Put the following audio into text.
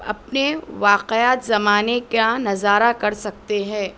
اپنے واقعات زمانہ کا نظارہ کر سکتے ہے